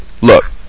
look